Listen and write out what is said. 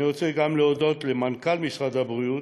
אני רוצה להודות גם למנכ"ל משרד הבריאות,